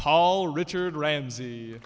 paul richard ramsey